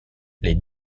les